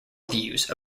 views